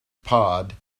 pod